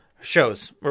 shows